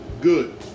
good